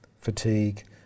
fatigue